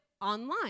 online